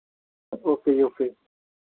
okay ji okay